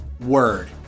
word